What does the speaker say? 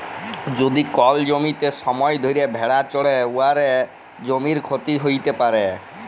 যদি কল জ্যমিতে ছময় ধ্যইরে ভেড়া চরহে উয়াতে জ্যমির ক্ষতি হ্যইতে পারে